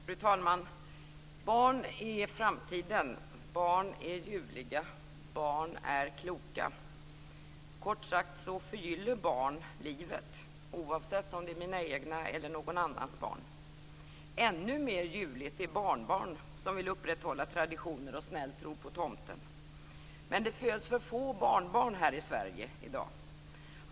Fru talman! Barn är framtiden, barn är ljuvliga, barn är kloka. Kort sagt förgyller barn livet, oavsett om det är mina egna eller någon annans barn. Ännu mer ljuvligt är det med barnbarn som vill upprätthålla traditioner och snällt tror på tomten. Men det föds för få barnbarn här i Sverige i dag.